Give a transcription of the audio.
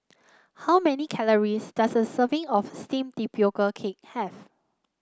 how many calories does a serving of steamed Tapioca Cake have